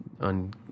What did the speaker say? on